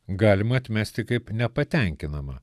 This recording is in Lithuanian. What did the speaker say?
galima atmesti kaip nepatenkinamą